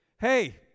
hey